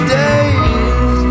days